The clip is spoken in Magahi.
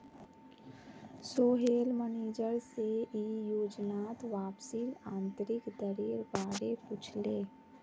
सोहेल मनिजर से ई योजनात वापसीर आंतरिक दरेर बारे पुछले